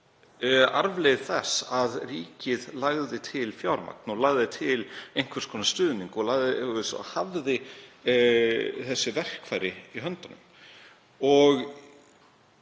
arfleifð þess að ríkið lagði til fjármagn og lagði til einhvers konar stuðning og hafði þessi verkfæri í höndunum.